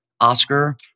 Oscar